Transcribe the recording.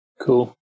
Cool